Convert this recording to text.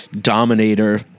dominator